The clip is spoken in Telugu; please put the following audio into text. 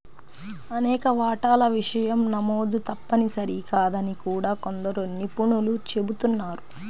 అనేక వాటాల విషయం నమోదు తప్పనిసరి కాదని కూడా కొందరు నిపుణులు చెబుతున్నారు